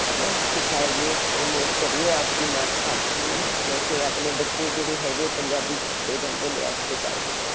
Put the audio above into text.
ਹੈ ਨਾ ਸਿਖਾਈਏ ਪ੍ਰਮੋਟ ਕਰੀਏ ਆਪਦੀ ਮਾਤ ਭਾਸ਼ਾ ਨੂੰ ਨਾ ਕਿਉਂਕਿ ਆਪਣੇ ਬੱਚੇ ਜਿਹੜੇ ਹੈਗੇ ਪੰਜਾਬੀ ਭੁੱਲਦੇ ਜਾਂਦੇ ਨੇ ਅੱਜ ਦੇ ਟਾਈਮ ਵਿੱਚ